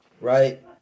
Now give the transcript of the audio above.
right